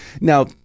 now